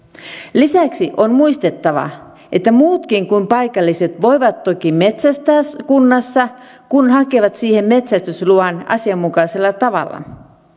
lisäksi on muistettava että muutkin kuin paikalliset voivat toki metsästää kunnassa kun hakevat siihen metsästysluvan asianmukaisella tavalla